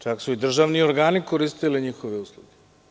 Čak su i državni organi koristili njihove usluge.